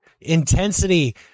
intensity